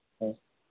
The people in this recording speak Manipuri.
ꯑꯥ